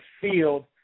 field